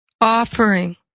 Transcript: offering